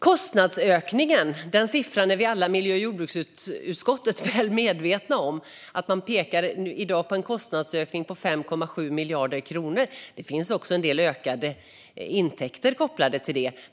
Kostnadsökningen är en siffra som vi alla i miljö och jordbruksutskottet är väl medvetna om. Man pekar i dag på en kostnadsökning på 5,7 miljarder kronor. Det finns också en del ökade intäkter kopplade till det.